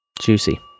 Juicy